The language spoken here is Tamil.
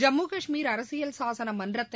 ஜம்மு கஷ்மீர் அரசியல் சாசன மன்றத்தை